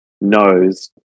knows